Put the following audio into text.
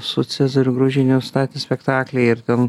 su cezariu graužiniu statė spektaklį ir ten